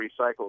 recycled